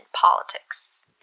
politics